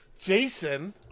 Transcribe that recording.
Jason